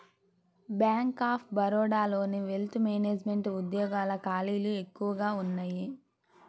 bank of బరోడాలోని wealth management ఉద్యోగాల ఖాళీలు ఎక్కువగా ఉన్నయ్యి